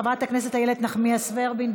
חברת הכנסת איילת נחמיאס ורבין,